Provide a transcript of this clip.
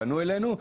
פנו אלינו,